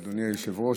אדוני היושב-ראש,